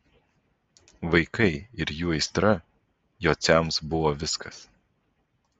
vaikai ir jų aistra jociams buvo viskas